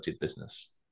business